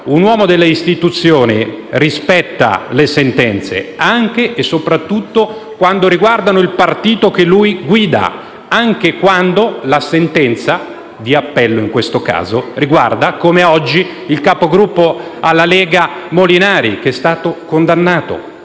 Un uomo delle Istituzioni rispetta le sentenze, anche e soprattutto quando riguardano il partito che lui guida, anche quando la sentenza di appello, in questo caso, riguarda, come oggi, il capogruppo della Lega Molinari, che è stato condannato.